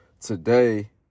today